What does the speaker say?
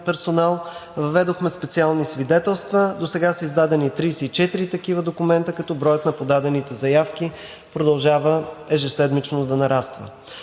персонал, въведохме специални свидетелства. Досега са издадени 34 такива документа, като броят на подадените заявки продължава ежеседмично да нараства.